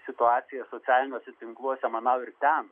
situacija socialiniuose tinkluose manau ir ten